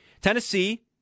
Tennessee